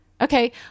Okay